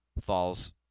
falls